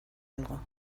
algo